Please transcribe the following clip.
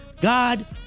God